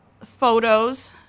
photos